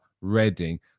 reading